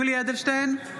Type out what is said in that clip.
(קוראת בשמות חברי הכנסת) יולי יואל אדלשטיין,